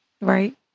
right